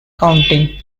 county